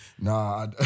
Nah